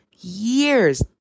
years